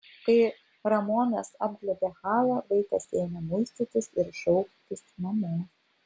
kai ramonas apglėbė halą vaikas ėmė muistytis ir šauktis mamos